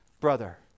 brother